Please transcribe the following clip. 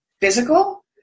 physical